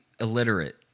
illiterate